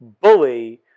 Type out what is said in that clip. bully